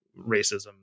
racism